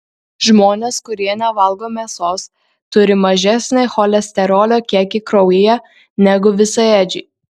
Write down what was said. žmonės kurie nevalgo mėsos turi mažesnį cholesterolio kiekį kraujyje negu visaėdžiai